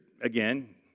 again